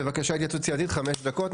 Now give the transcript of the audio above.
בבקשה, התייעצות סיעתית חמש דקות.